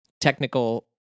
technical